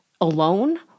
alone